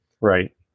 Right